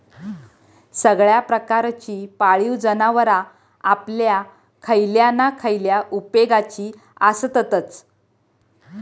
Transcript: सगळ्या प्रकारची पाळीव जनावरां आपल्या खयल्या ना खयल्या उपेगाची आसततच